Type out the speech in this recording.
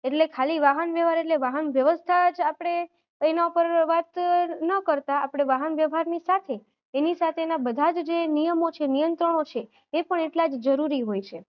એટલે ખાલી વાહન વ્યવહાર એટલે વાહન વ્યવસ્થા જ આપણે એના ઉપર વાત ન કરતાં આપણે વાહન વ્યવહારની સાથે એની સાથેના બધા જ જે નિયમો છે નિયંત્રણો છે એ પણ એટલા જ જરૂરી હોય છે